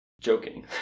joking